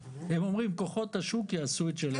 הם אומרים כוחות השוק יעשו את שלהם.